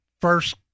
first